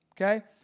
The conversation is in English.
okay